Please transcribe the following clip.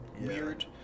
weird